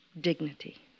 Dignity